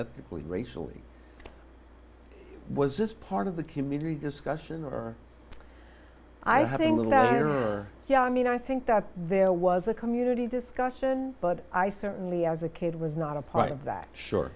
ethically racially was this part of the community discussion or i having little yeah i mean i think that there was a community discussion but i certainly as a kid was not a part of that s